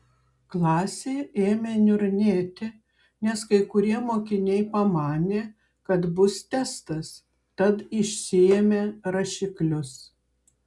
klasė ėmė niurnėti nes kai kurie mokiniai pamanė kad bus testas tad išsiėmė rašiklius